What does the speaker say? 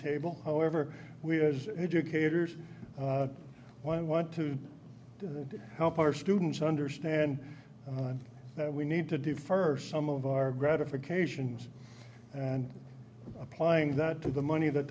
table however we as educators when want to help our students understand that we need to do first some of our gratifications and applying that to the money that